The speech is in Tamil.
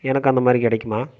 எனக்கு அந்த மாதிரி கிடைக்குமா